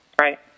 Right